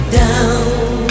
down